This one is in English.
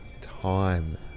time